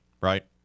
right